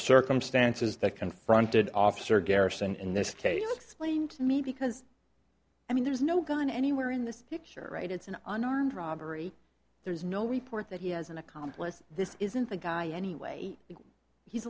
circumstances that confronted officer garrison in this case you explain to me because i mean there's no gun anywhere in this picture right it's an unarmed robbery there's no report that he has an accomplice this isn't the guy anyway he's